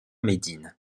médine